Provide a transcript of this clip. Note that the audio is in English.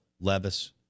Levis